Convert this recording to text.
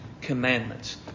Commandments